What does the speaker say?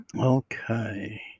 Okay